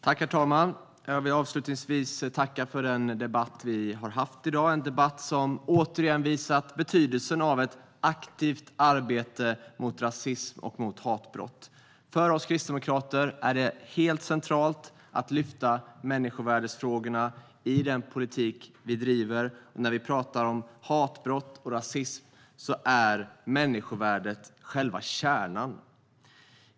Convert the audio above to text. Herr talman! Jag vill avslutningsvis tacka för den debatt vi har haft i dag. Den har återigen visat betydelsen av ett aktivt arbete mot rasism och hatbrott. För oss kristdemokrater är det helt centralt att lyfta fram människovärdesfrågorna i den politik vi driver, och när vi talar om hatbrott och rasism är människovärdet själva kärnan.